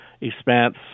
expanse